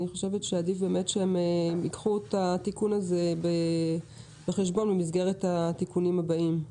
חושבת שעדיף שהם ייקחו את התיקון בחשבון במסגרכת התיקונים הבאים.